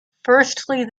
firstly